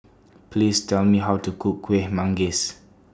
Please Tell Me How to Cook Kuih Manggis